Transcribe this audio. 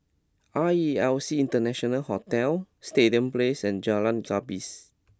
R E L C International Hotel Stadium Place and Jalan Gapis